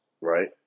right